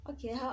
Okay